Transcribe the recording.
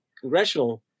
congressional